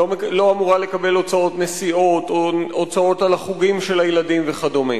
לא אמורה לקבל הוצאות נסיעות או הוצאות על החוגים של הילדים וכדומה.